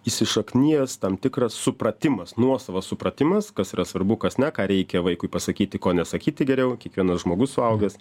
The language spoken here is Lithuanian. įsišaknijęs tam tikras supratimas nuosavas supratimas kas yra svarbu kas ne ką reikia vaikui pasakyti ko nesakyti geriau kiekvienas žmogus suaugęs